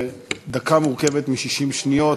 דקה מורכבת מ-60 שניות,